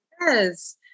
Yes